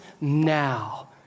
now